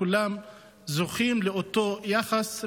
כולם זוכים לאותו יחס?